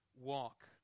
walk